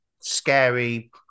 scary